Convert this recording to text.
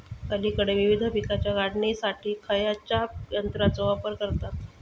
अलीकडे विविध पीकांच्या काढणीसाठी खयाच्या यंत्राचो वापर करतत?